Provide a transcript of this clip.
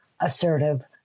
assertive